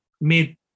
made